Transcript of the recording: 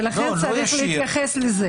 ולכן צריך להתייחס לזה.